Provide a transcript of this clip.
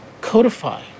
codify